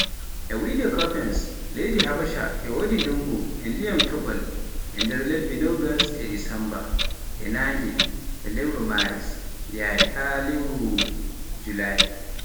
E wiyde Koppens leydi Habasha, e wodi ndungu e dyiman topol e nder lebbe nogas e Desemba e nange e lewru Maris yaari lewru julay.